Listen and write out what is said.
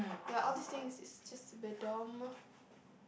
ya all these things is just